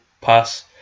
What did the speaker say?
pass